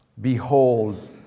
Behold